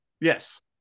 yes